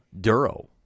Duro